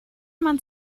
man